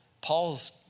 Paul's